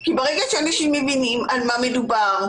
כי ברגע שאנשים מבינים על מה מדובר,